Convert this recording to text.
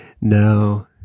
No